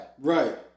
Right